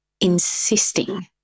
insisting